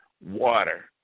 water